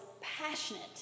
passionate